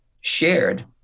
shared